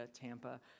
Tampa